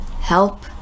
help